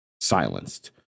silenced